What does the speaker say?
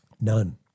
None